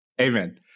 Amen